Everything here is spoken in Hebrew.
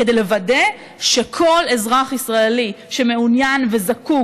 כדי לוודא שכל אזרח ישראלי שמעוניין וזקוק